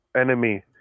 enemy